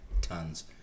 tons